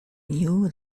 knew